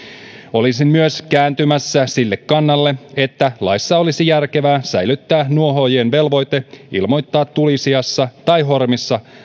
olisin myös kääntymässä sille kannalle että laissa olisi järkevää säilyttää nuohoojien velvoite ilmoittaa tulisijassa tai hormissa